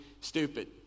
stupid